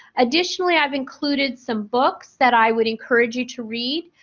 additionally, i've included some books that i would encourage you to read.